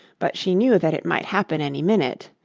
but she knew that it might happen any minute,